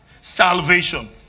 salvation